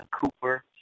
Cooper